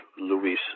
Luis